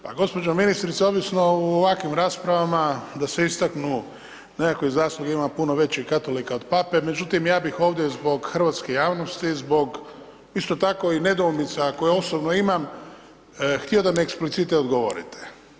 Pa gospođo ministrice, ovisno u ovakvim raspravama da se istaknu, nekakve zasluge ima puno većih katolika od pape, međutim ja bi ovdje zbog hrvatske javnosti, zbog isto tako i nedoumica koje osobno imam, htio da mi eksplicite odgovorite.